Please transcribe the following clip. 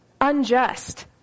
unjust